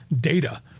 data